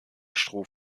stroh